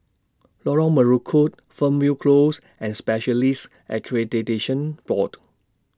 Lorong Melukut Fernvale Close and Specialists Accreditation Board